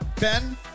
Ben